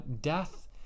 Death